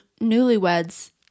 newlyweds